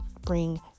bring